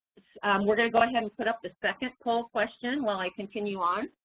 we're gonna go ahead and put up the second poll question while i continue on.